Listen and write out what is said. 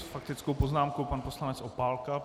S faktickou poznámkou pan poslanec Opálka.